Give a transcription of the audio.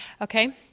Okay